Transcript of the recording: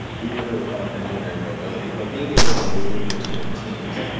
we literally call it engineering mobility, but being able to move between teams.